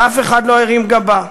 ואף אחד לא הרים גבה.